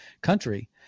country